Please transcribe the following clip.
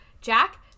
Jack